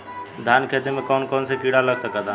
धान के खेती में कौन कौन से किड़ा लग सकता?